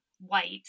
white